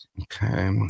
Okay